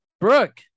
Brooke